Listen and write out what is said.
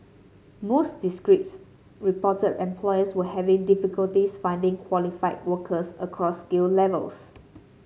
most districts reported employers were having difficulties finding qualified workers across skill levels